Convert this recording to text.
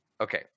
Okay